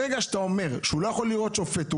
ברגע שאתה אומר שהוא לא יכול לראות שופט והוא